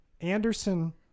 Anderson